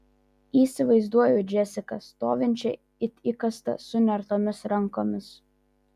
įsivaizduoju džesiką stovinčią it įkastą sunertomis rankomis